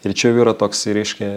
ir čia jau yra toksai reiškia